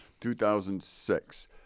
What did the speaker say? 2006